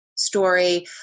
story